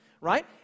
Right